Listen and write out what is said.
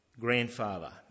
grandfather